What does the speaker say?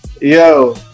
Yo